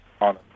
on